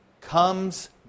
comes